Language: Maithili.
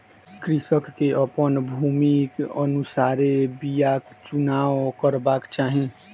कृषक के अपन भूमिक अनुसारे बीयाक चुनाव करबाक चाही